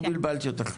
אני בלבלתי אותך,